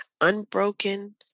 Unbroken